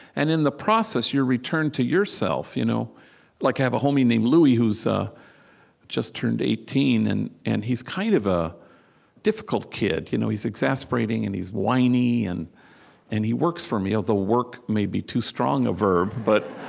and in the process, you're returned to yourself you know like i have a homie named louie, who's ah just turned eighteen, and and he's kind of a difficult kid. you know he's exasperating, and he's whiny. and and he works for me, although work may be too strong a verb but